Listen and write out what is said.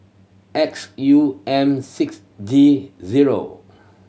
X U M six G zero